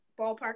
ballpark